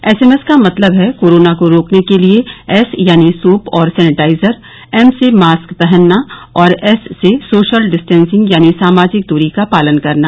SMS का मतलब है कोरोना को रोकने के लिए एस यानी सोप और सौनिटाइजर एम से मास्क पहनना और एस से सोशल डिस्टैंसिंग यानी सामाजिक दृरी का पालन करना